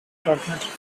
documentary